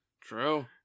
True